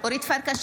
אורית פרקש